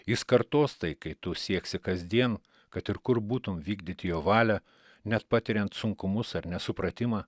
jis kartos tai kai tu sieksi kasdien kad ir kur būtum vykdyti jo valią net patiriant sunkumus ar nesupratimą